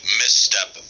misstep